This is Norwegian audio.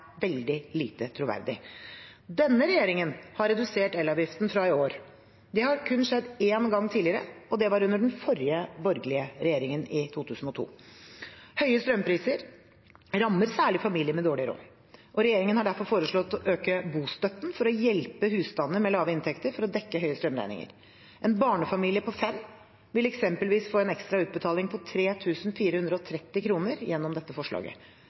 veldig lite troverdig. Denne regjeringen har redusert elavgiften fra i år. Det har kun skjedd én gang tidligere. Det var under den forrige borgerlige regjeringen, i 2002. Høye strømpriser rammer særlig familier med dårlig råd. Regjeringen har derfor foreslått å øke bostøtten for å hjelpe husstander med lave inntekter til å dekke høye strømregninger. En barnefamilie på fem vil eksempelvis få en ekstra utbetaling på 3 430 kr gjennom dette forslaget.